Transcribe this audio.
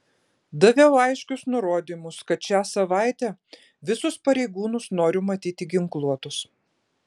daviau aiškius nurodymus kad šią savaitę visus pareigūnus noriu matyti ginkluotus